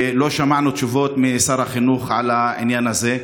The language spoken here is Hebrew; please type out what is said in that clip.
לא שמענו תשובות משר החינוך על העניין הזה.